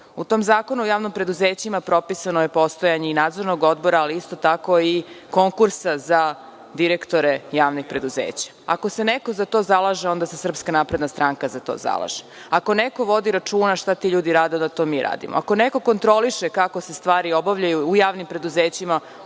U tom zakonu o javnim preduzećima propisano je postojanje nadzornog odbora, ali isto tako i konkursa za direktore javnih preduzeća. Ako se neko za to zalaže, onda se SNS za to zalaže. Ako neko vodi računa šta ti ljudi rade, onda mi to radimo. Ako neko kontroliše kako se stvari obavljaju u javnim preduzećima,